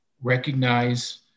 recognize